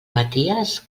maties